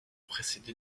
précédé